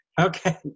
Okay